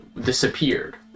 disappeared